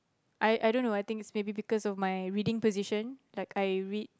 I I don't know I think it's maybe because of my reading position like I read